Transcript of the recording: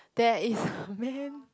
there is when